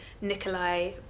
Nikolai